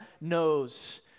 knows